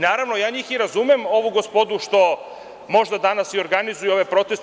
Naravno, ja njih i razumem, ovu gospodu što možda danas i organizuju ove proteste.